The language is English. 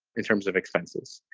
in terms of expenses.